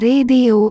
Radio